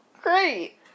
Great